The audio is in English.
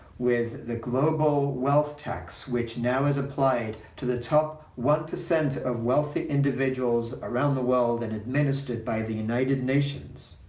with the global wealth tax which now is applied to the top one percent of wealthy individuals around the world and administered by the united nations.